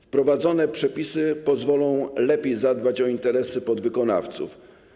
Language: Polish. Wprowadzone przepisy pozwolą lepiej zadbać o interesy podwykonawców.